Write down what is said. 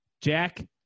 Jack